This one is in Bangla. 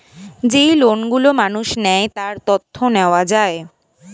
যেই লোন গুলো মানুষ নেয়, তার তথ্য নেওয়া যায়